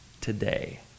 today